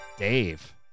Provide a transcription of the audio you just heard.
Dave